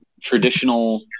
traditional